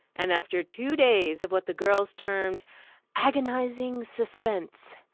and after two days of what the girls termed agonizing suspense,